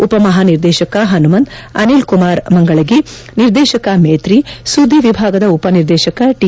ಉಪ ಮಹಾನಿರ್ದೇಶಕ ಹನುಮಂತ್ ಅನಿಲ್ ಕುಮಾರ್ ಮಂಗಳಗಿ ನಿರ್ದೇಶಕ ಮೇತ್ರಿ ಸುದ್ದಿ ವಿಭಾಗದ ಉಪ ನಿರ್ದೇಶಕ ಟಿ